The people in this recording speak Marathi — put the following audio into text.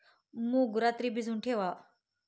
मूग रात्री भिजवून ठेवा